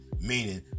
meaning